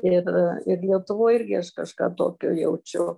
ir ir lietuvoj irgi aš kažką tokio jaučiu